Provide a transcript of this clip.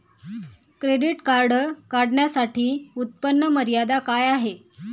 Credit card काढण्यासाठी उत्पन्न मर्यादा काय आहे?